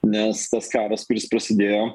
nes tas karas kuris prasidėjo